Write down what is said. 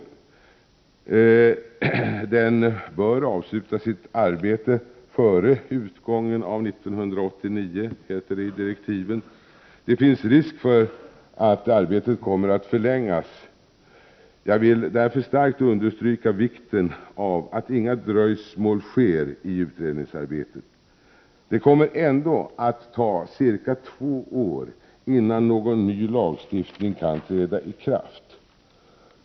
Kommittén bör avsluta sitt arbete före utgången av 1989, heter det i direktiven. Det finns risk för att arbetet kommer att förlängas. Jag vill därför starkt understryka vikten av att inga dröjsmål sker i utredningsarbetet. Det kommer ändå att ta ca två år innan någon ny lagstiftning kan träda i kraft.